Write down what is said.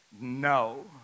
No